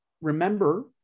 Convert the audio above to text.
remember